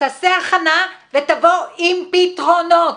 תעשה הכנה ותבוא עם פתרונות,